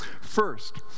First